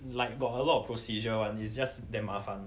like got a lot of procedure [one] it's just damn 麻烦